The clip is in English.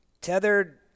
Tethered